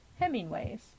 Hemingways